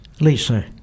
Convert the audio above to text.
Lisa